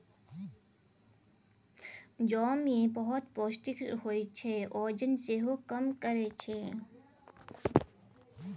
जौ मे बहुत पौष्टिक होइ छै, ओजन सेहो कम करय छै